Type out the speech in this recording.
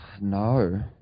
No